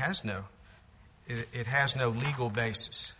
has no it has no legal basis